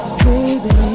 baby